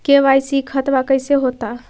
KYC खतबा कैसे होता?